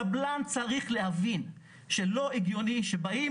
קבלן צריך להבין שלא הגיוני שבאים,